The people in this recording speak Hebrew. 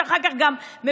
שאחר כך גם מבוטלת.